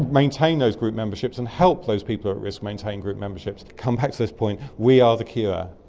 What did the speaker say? maintain those group memberships and help those people at risk maintain group memberships. to come back to this point we are the cure.